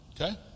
Okay